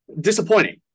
Disappointing